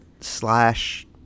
slash